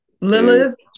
Lilith